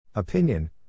Opinion